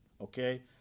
Okay